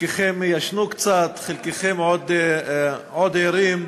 חלקכם ישנו קצת, חלקכם עוד ערים,